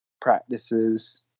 practices